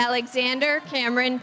alexander cameron